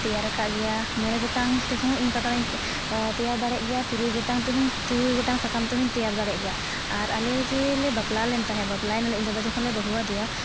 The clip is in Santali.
ᱛᱮᱭᱟᱨ ᱟᱠᱟᱫ ᱜᱮᱭᱟ ᱢᱚᱬᱮ ᱜᱚᱴᱟᱝ ᱛᱮᱦᱚᱸ ᱤᱧ ᱯᱟᱛᱲᱟᱧ ᱛᱮᱭᱟᱨ ᱫᱟᱲᱮᱜ ᱜᱮᱭᱟ ᱛᱩᱨᱩᱭ ᱜᱚᱴᱟᱝ ᱥᱟᱠᱟᱢ ᱛᱮᱦᱚᱸᱧ ᱛᱮᱭᱟᱨ ᱫᱟᱲᱮᱜ ᱜᱮᱭᱟ ᱟᱨ ᱟᱞᱮ ᱡᱮ ᱞᱮ ᱵᱟᱯᱞᱟ ᱞᱮᱱ ᱛᱟᱦᱮᱸᱫ ᱵᱟᱯᱞᱟᱭᱱᱟᱞᱮ ᱤᱧ ᱫᱟᱫᱟ ᱡᱚᱠᱷᱚᱱ ᱞᱮ ᱵᱟᱹᱦᱩ ᱟᱫᱮᱭᱟ